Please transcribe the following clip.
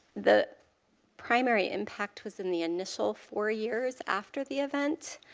the primary impact was in the initial four years after the event.